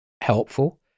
helpful